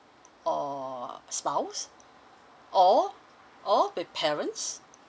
or spouse or or with parents